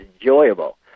enjoyable